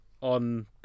on